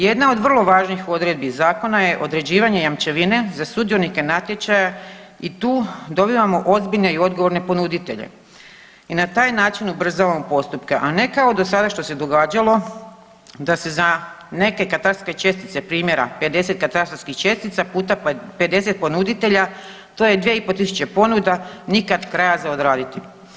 Jedna od vrlo važnih odredbi Zakona je određivanje jamčevine za sudionike natječaja i tu dobivamo ozbiljne i odgovorne ponuditelje i na taj način ubrzavamo postupke, a ne kao do sada što se događalo da se za neke katastarske čestice primjera 50 katastarskih čestica puta 50 ponuditelja to je 2 i pol tisuće ponuda, nikad kraja za odraditi.